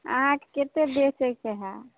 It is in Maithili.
अहाँकेँ कतेक बेचेके हय